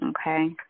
okay